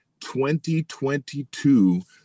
2022